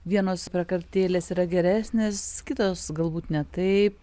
vienos prakartėlės yra geresnės kitos galbūt ne taip